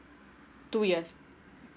two years